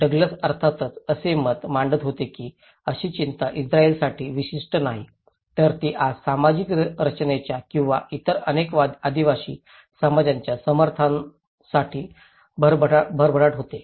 Douglas अर्थातच असे मत मांडत होते की अशी चिंता इस्त्रायलींसाठी विशिष्ट नाही तर ती आज सामाजिक रचनेच्या किंवा इतर अनेक आदिवासी समाजांच्या समर्थनासाठी भरभराट होते